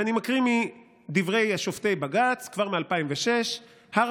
ואני מקריא מדברי שופטי בג"ץ כבר מ-2006: "הר